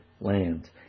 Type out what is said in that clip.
land